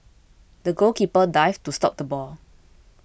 the goalkeeper dived to stop the ball